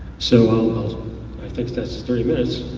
so i think that's thirty minutes,